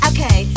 Okay